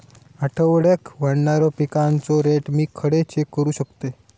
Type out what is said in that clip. आठवड्याक वाढणारो पिकांचो रेट मी खडे चेक करू शकतय?